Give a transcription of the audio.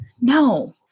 No